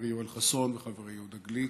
חברי יואל חסון וחברי יהודה גליק.